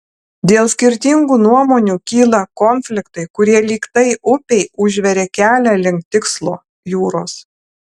dėl skirtingų nuomonių kyla konfliktai kurie lyg tai upei užtveria kelią link tikslo jūros